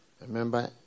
Remember